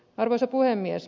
arvoisa puhemies